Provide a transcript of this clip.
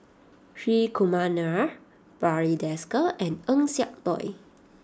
Hri Kumar Nair Barry Desker and Eng Siak Loy